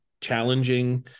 challenging